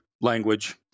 language